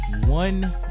one